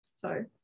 Sorry